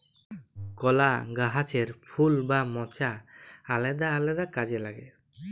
কলা গাহাচের ফুল বা মচা আলেদা আলেদা কাজে লাগে